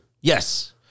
Yes